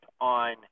on